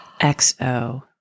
XO